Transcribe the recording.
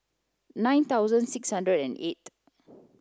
nine thousand six hundred and eight